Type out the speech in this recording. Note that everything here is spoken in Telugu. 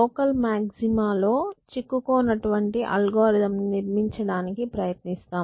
లోకల్ మాక్సిమా లో చిక్కుకోనటువంటి అల్గోరిథం ని నిర్మించడానికి ప్రయత్నిస్తాం